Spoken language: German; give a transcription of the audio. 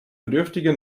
bedürftige